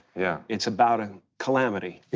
yeah. it's about a calamity,